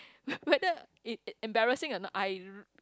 whe~ whether it embarrassing or not I